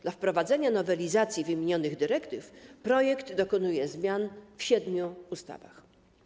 Dla wprowadzenia nowelizacji wymienionych dyrektyw projekt dokonuje zmian w siedmiu ustawach.